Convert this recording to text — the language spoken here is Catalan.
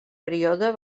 període